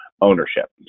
ownership